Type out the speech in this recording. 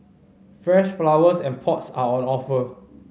fresh flowers and pots are on offer